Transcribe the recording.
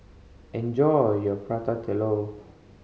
enjoy your Prata Telur